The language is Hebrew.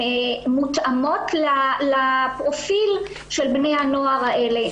מותאמות לפרופיל של בני הנוער האלה.